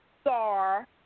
star